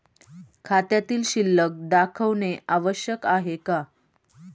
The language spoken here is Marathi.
खात्यातील शिल्लक दाखवणे आवश्यक आहे का?